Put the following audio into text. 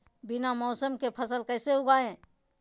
बिना मौसम के फसल कैसे उगाएं?